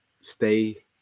stay